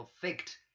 faked